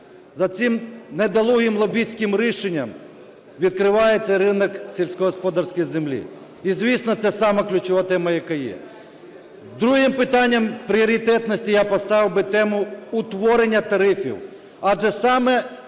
за цим недолугим лобістським рішенням відкривається ринок сільськогосподарської землі, і, звісно, це сама ключова тема, яка є. Другим питанням пріоритетності я поставив би тему утворення тарифів.